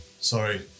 sorry